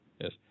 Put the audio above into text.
Yes